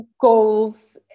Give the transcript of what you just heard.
goals